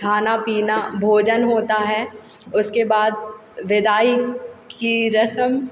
खाना पीना भोजन होता है उसके बाद विदाई की रस्म